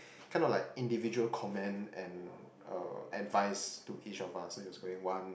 kind of like individual comment and uh advice to each of us so is very one